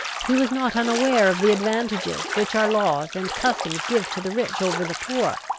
he was not unaware of the advantages which our laws and customs give to the rich over the poor,